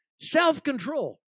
self-control